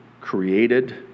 created